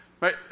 right